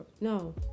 No